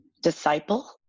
disciple